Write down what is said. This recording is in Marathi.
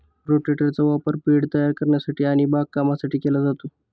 रोटेटरचा वापर बेड तयार करण्यासाठी आणि बागकामासाठी केला जातो